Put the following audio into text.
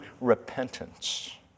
repentance